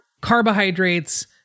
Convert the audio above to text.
carbohydrates